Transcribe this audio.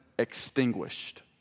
extinguished